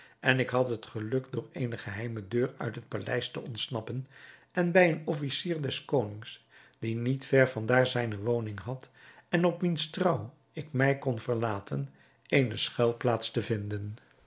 en ik had het geluk door eene geheime deur uit het paleis te ontsnappen en bij een officier des konings die niet ver van daar zijne woning had en op wiens trouw ik mij kon verlaten eene schuilplaats te vinden